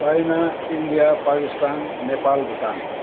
China India Pakistan Nepal Bhutan